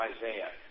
Isaiah